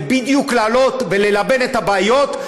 זה בדיוק כדי להעלות וללבן את הבעיות,